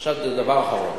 עכשיו, דבר אחרון.